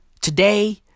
today